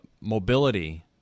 mobility